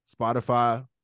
Spotify